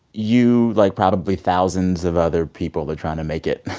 you, like probably thousands of other people, are trying to make it.